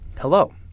Hello